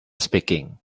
speaking